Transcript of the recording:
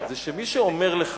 שמי שאומר לך